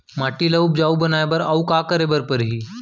माटी ल उपजाऊ बनाए बर अऊ का करे बर परही?